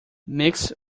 mixed